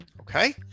okay